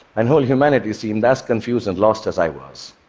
and whole humanity, seemed as confused and lost as i was.